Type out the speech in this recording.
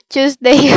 Tuesday